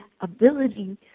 ability